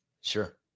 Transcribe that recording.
Sure